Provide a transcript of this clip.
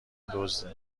دزده